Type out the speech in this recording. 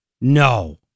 No